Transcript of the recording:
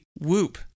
whoop